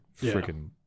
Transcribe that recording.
freaking